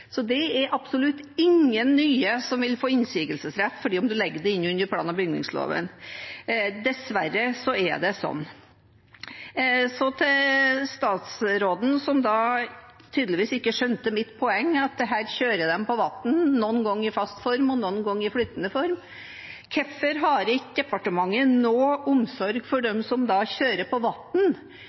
Så det er absolutt ingen nye som vil få innsigelsesrett fordi om en legger det inn under plan- og bygningsloven. Dessverre er det sånn. Så til statsråden, som tydeligvis ikke skjønte mitt poeng om at her kjører de på vann, noen ganger i fast form og noen ganger i flytende form: Hvorfor har ikke departementet noe omsorg for dem som kjører på